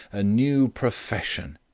a new profession!